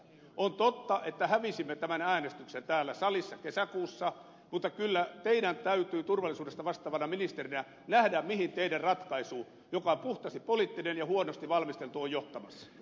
on totta että hävisimme tämän äänestyksen täällä salissa kesäkuussa mutta kyllä teidän täytyy turvalli suudesta vastaavana ministerinä nähdä mihin teidän ratkaisunne joka on puhtaasti poliittinen ja huonosti valmisteltu on johtamassa